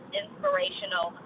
inspirational